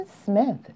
Smith